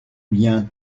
bien